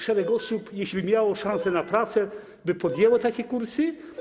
Szereg osób, jeśliby miałoby szansę na pracę, podjęłoby takie kursy.